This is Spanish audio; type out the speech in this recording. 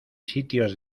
sitios